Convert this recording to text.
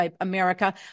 America